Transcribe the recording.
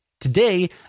Today